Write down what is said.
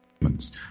humans